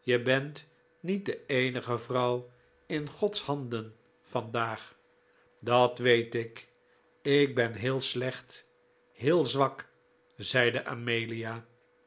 je bent niet de eenige vrouw in gods handen vandaag dat weet ik ik ben heel slecht heel zwak zeide amelia